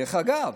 דרך אגב,